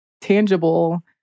tangible